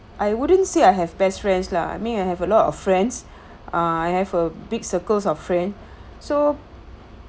I wouldn't say I have best friends lah I mean I have a lot of friends uh I have a big circles of friends so